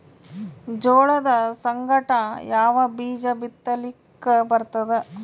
ಜೋಳದ ಸಂಗಾಟ ಯಾವ ಬೀಜಾ ಬಿತಲಿಕ್ಕ ಬರ್ತಾದ?